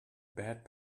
bad